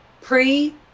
pre